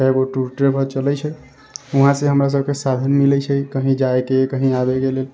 कय गो tour travel चलै छै वहाँ से हमरा सबके साधन मिलै छै कहीं जाय के कहीं आबै के